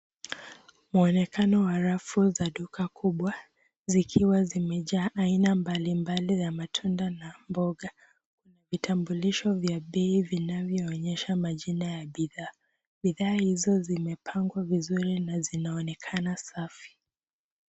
Mwonekano wa rafu za duka kubwa zikiwa zimejaa aina mbali mbali za matunda na mboga vitambulisho vya bei vinavyo onyesha majina ya bidhaa. Bidhaa hizo zimepangwa vizuri na zinaonekana safi.